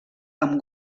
amb